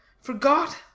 Forgot